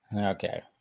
Okay